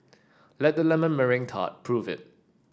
let the lemon meringue tart prove it